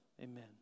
amen